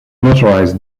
motorized